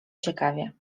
ciekawie